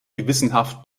gewissenhaft